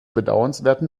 bedauernswerten